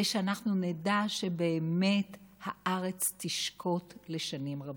ושאנחנו נדע שבאמת הארץ תשקוט לשנים רבות.